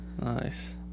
Nice